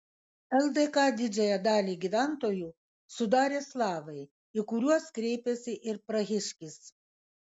ldk didžiąją dalį gyventojų sudarė slavai į kuriuos kreipėsi ir prahiškis